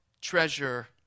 treasure